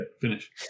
Finish